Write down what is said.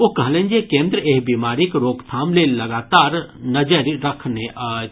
ओ कहलनि जे केन्द्र एहि बीमारीक रोकथाम लेल लगातार नजरि रखने अछि